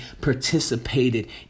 participated